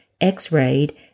x-rayed